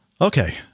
Okay